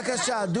בושה.